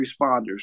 responders